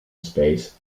space